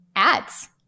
ads